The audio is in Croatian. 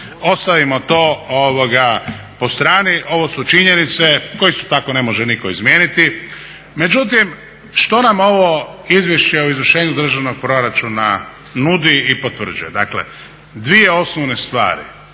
ostavimo to po strani. Ovo su činjenice koje isto tako ne može nitko izmijeniti. Međutim, što nam ovo izvješće o izvršenju Državnog proračuna nudi i potvrđuje? Dakle dvije osnovne strane,